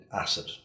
acid